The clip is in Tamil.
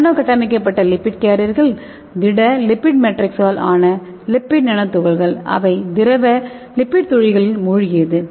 நானோ கட்டமைக்கப்பட்ட லிப்பிட் கேரியர்கள் திட லிப்பிட் மேட்ரிக்ஸால் ஆன லிப்பிட் நானோ துகள்கள் அவை திரவ லிப்பிட் துளிகளில் மூழ்கியது